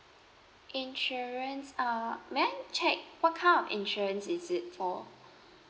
insurance uh may I check what kind of insurance is it for